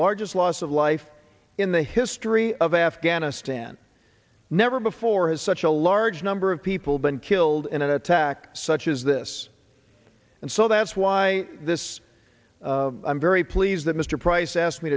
largest loss of life in the history of afghanistan never before has such a large number of people been killed in an attack such as this and so that's why this i'm very pleased that mr price asked me